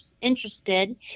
interested